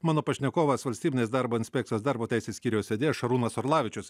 mano pašnekovas valstybinės darbo inspekcijos darbo teisės skyriaus vedėjas šarūnas orlavičius